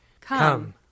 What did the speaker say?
Come